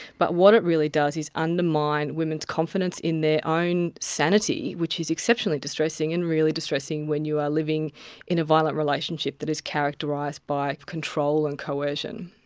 but what it really does is undermine women's confidence in their own sanity, which is exceptionally distressing and really distressing when you are living in a violent relationship that is characterised characterised by control and coercion.